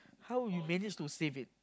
how you manage to save it